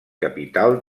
capital